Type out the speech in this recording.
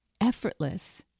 effortless